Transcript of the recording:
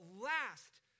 last